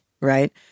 right